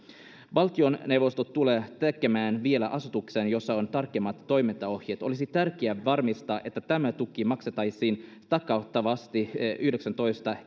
valtioneuvosto tulee tekemään vielä asetuksen jossa on tarkemmat toimintaohjeet olisi tärkeää varmistaa että tämä tuki maksettaisiin takautuvasti yhdeksästoista